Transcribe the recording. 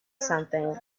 something